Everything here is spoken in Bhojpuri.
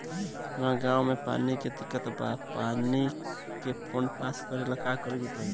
हमरा गॉव मे पानी के दिक्कत बा पानी के फोन्ड पास करेला का करे के पड़ी?